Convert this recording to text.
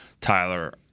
Tyler